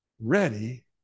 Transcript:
Ready